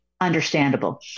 understandable